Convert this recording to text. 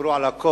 דיברו על הכול,